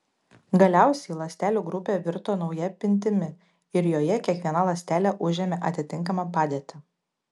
galiausiai ląstelių grupė virto nauja pintimi ir joje kiekviena ląstelė užėmė atitinkamą padėtį